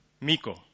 Miko